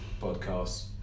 podcast